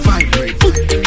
Vibrate